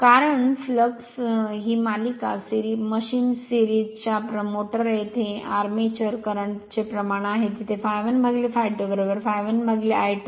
कारण फॅलक्स ही मालिका मशीन सीरिज च्या मोटर मध्ये आर्मेचर करंट चे प्रमाण आहे तिथे ∅1 ∅2 ∅1 I २